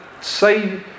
say